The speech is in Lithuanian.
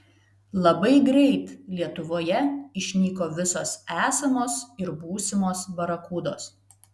labai greit lietuvoje išnyko visos esamos ir būsimos barakudos